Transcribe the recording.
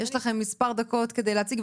יש לכם מספר דקות כדי להציג.